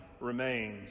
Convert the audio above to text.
remains